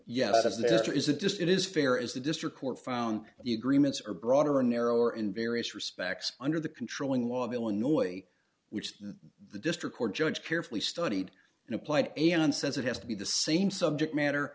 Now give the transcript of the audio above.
or is it just it is fair as the district court found the agreements are broader and narrower in various respects under the controlling law of illinois which the district court judge carefully studied and applied a and says it has to be the same subject matter